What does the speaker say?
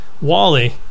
Wally